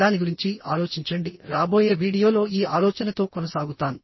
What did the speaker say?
దాని గురించి ఆలోచించండి రాబోయే వీడియోలో ఈ ఆలోచనతో కొనసాగుతాను